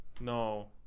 No